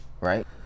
right